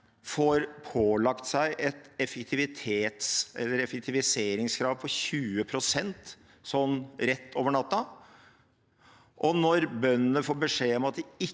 blir pålagt et effektiviseringskrav på 20 pst. sånn over natten, og når bøndene får beskjed om at de ikke